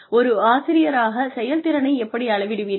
ஒரு ஆசிரியராகச் செயல்திறனை எப்படி அளவிடுவீர்கள்